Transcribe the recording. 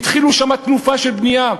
התחילו שם תנופה של בנייה.